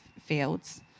fields